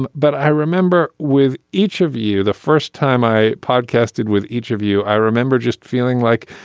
and but i remember with each of you, the first time i podcasting with each of you, i remember just feeling like,